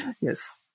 Yes